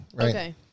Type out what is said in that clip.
Okay